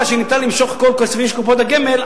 שניתן למשוך את כל הכספים של קופות הגמל,